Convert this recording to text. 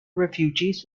refugees